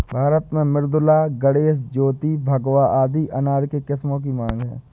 भारत में मृदुला, गणेश, ज्योति, भगवा आदि अनार के किस्मों की मांग है